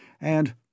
and—